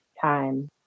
time